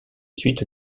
suites